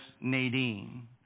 Nadine